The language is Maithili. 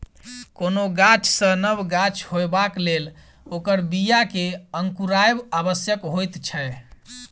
कोनो गाछ सॅ नव गाछ होयबाक लेल ओकर बीया के अंकुरायब आवश्यक होइत छै